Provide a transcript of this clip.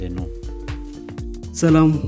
Salam